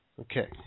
Okay